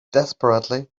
desperately